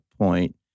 Point